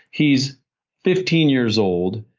he's fifteen years old,